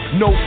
no